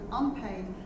unpaid